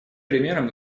примером